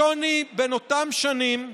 השוני בין אותן שנים,